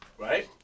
Right